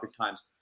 times